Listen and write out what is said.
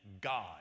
God